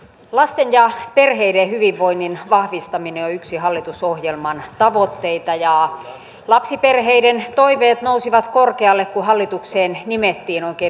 lasten ja perheiden hyvinvoinnin vahvistaminen on yksi hallitusohjelman tavoitteita ja lapsiperheiden toiveet nousivat korkealle kun hallitukseen nimettiin oikein perheministeri